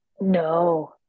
no